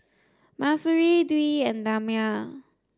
Mahsuri Dwi and Damia